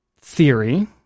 theory